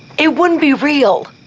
it wouldn't be real.